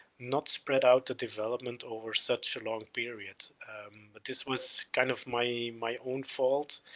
not spread out the development over such a long period but this was kind of my, my own fault.